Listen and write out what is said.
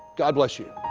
god bless you.